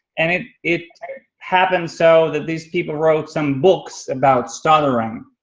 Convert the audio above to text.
and it it happened so that these people wrote some books about stuttering.